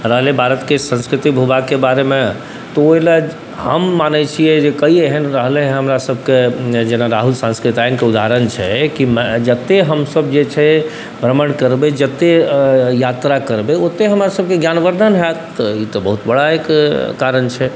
रहलै भारतके संस्कृति भूभागके बारेमे तऽ ओहिलए हम मानै छिए जे कऽ एहन रहलै हँ जे हमरासबके जेना राहुल साँकृत्यायनके उदहरण छै जे कि जतेक हमसब जे छै भ्रमण करबै जतेक यात्रा करबै ओतेक हमरासबके ज्ञानवर्द्धन हैत तऽ ई तऽ एक बहुत बड़ा कारण छै